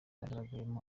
yagaragayemo